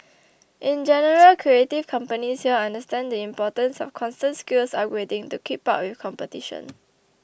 in general creative companies here understand the importance of constant skills upgrading to keep up with competition